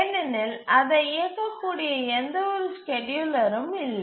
ஏனெனில் அதை இயக்கக்கூடிய எந்தவொரு ஸ்கேட்யூலரும் இல்லை